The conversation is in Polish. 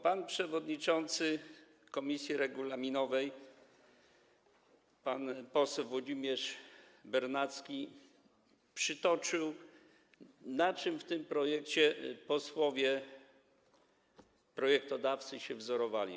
Pan przewodniczący komisji regulaminowej, pan poseł Włodzimierz Bernacki, przytoczył, na czym w tym projekcie posłowie projektodawcy się wzorowali.